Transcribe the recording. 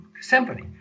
symphony